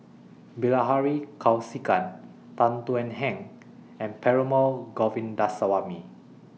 Bilahari Kausikan Tan Thuan Heng and Perumal Govindaswamy